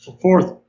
fourth